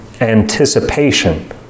Anticipation